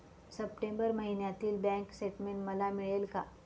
September महिन्यातील bank statement मला मिळेल का?